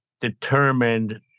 determined